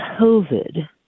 COVID